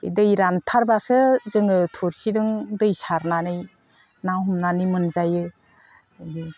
दै रानथारबासो जोङो थोरसिदों दै सारनानै ना हमनानै मोनजायो